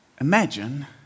imagine